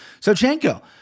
Sochenko